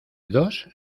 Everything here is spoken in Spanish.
dos